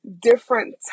different